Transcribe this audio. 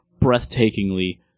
breathtakingly